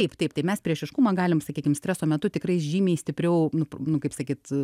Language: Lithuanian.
taip taip tai mes priešiškumą galim sakykim streso metu tikrai žymiai stipriau nu nu kaip sakyt